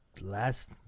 Last